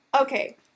okay